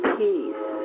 peace